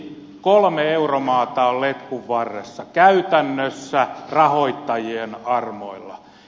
kolme euromaata on letkun varressa käytännössä rahoittajien armoilla